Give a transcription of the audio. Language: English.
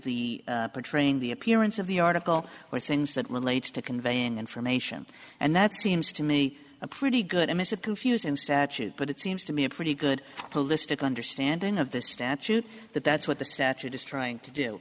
the portraying the appearance of the article or things that relates to conveying information and that seems to me a pretty good image to confuse in statute but it seems to me a pretty good political understanding of this statute that that's what the statute is trying to do